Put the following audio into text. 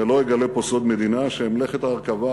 ולא אגלה פה סוד מדינה, שמלאכת ההרכבה